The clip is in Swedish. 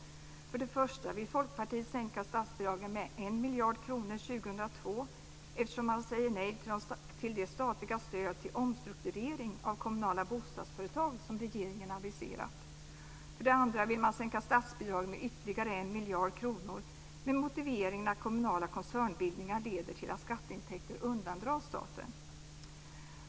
För det första vill Folkpartiet sänka statsbidragen med 1 miljard kronor år 2002 eftersom man säger nej till det statliga stöd till omstrukturering av kommunala bostadsföretag som regeringen aviserat. För det andra vill man sänka statsbidraget, med ytterligare 1 miljard kronor med motiveringen att kommunala koncernbildningar leder till att skatteintäkter undandras staten.